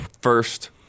first